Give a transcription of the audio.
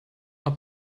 are